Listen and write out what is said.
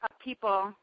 people